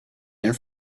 and